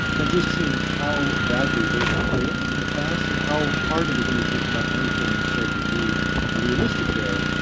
and just seeing how badly they have failed in the past and how hard it would be to implement anything sort of would be ah realistic there.